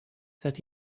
that